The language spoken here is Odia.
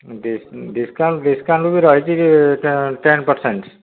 ଡିସ୍କାଉଣ୍ଟ୍ ଡିସ୍କାଉଣ୍ଟ୍ ବି ରହିଛି ଟେନ୍ ପର୍ସେଣ୍ଟ୍